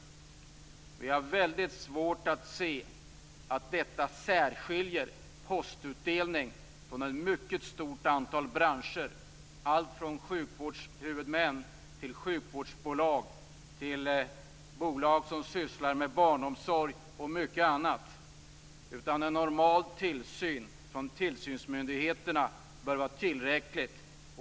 Men jag har väldigt svårt att se att detta särskiljer postutdelning från ett mycket stort antal andra branscher. Det gäller allt från sjukvårdshuvudmän och sjukvårdsbolag till bolag som sysslar med barnomsorg och mycket annat. En normal tillsyn från tillsynsmyndigheterna bör vara tillräckligt.